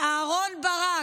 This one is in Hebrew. אהרן ברק,